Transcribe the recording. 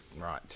Right